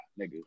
nigga